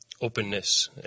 openness